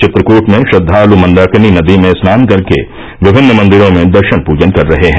चित्रकूट में श्रद्वालु मंदाकिनी नदी में स्नान कर के विभिन्न मंदिरों में दर्शन पूजन कर रहे हैं